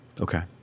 Okay